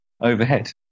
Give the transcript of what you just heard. overhead